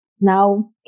now